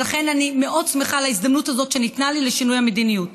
ולכן אני מאוד שמחה על ההזדמנות הזאת שניתנה לי לשינוי המדיניות.